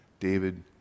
David